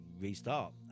restart